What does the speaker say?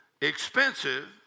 expensive